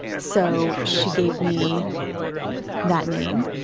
so she gave me that name,